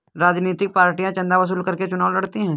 राजनीतिक पार्टियां चंदा वसूल करके चुनाव लड़ती हैं